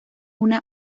una